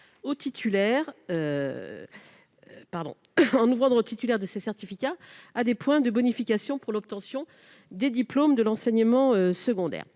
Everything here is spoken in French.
titulaires à des points de bonification pour l'obtention des diplômes de l'enseignement secondaire-